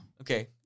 Okay